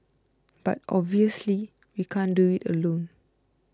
but obviously we can't do it alone